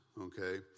okay